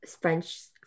French